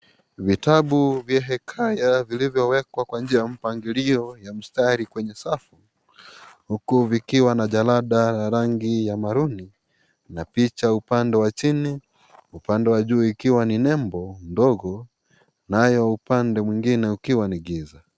Vitabu vya hekaya vilivyowekwa kwa njia ya mpangilio ya mistari kwenye safu. Huku, vikiwa na jalada la rangi ya maroon na picha upande wa chini. Upande wa juu ukiwa ni nembo ndogo. Nayo, upande mwingine ukiwa ni giza.